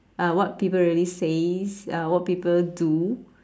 uh what people really says uh what people do